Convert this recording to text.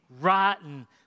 rotten